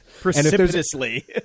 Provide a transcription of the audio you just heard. Precipitously